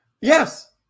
Yes